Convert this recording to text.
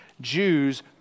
Jews